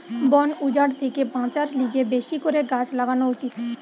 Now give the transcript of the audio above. বন উজাড় থেকে বাঁচার লিগে বেশি করে গাছ লাগান উচিত